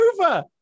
over